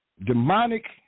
Demonic